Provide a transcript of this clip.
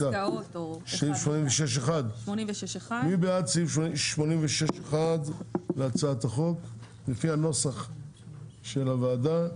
סעיף 86. מי בעד סעיף 86 1 להצעת החוק לפי הנוסח של הוועדה?